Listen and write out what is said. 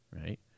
right